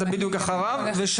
בבקשה.